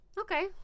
okay